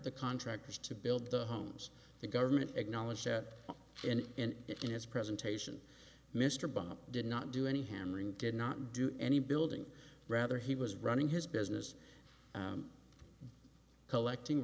the contractors to build the homes the government acknowledged that in in his presentation mr bush did not do any hammering did not do any building rather he was running his business collecting